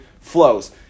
flows